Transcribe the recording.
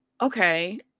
Okay